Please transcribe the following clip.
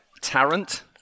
Tarrant